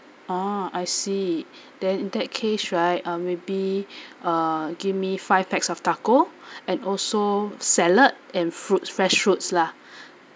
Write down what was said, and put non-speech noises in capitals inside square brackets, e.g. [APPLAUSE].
oh I see [BREATH] then in that case right uh maybe [BREATH] uh give me five packs of taco [BREATH] and also salad and fruits fresh fruits lah [BREATH]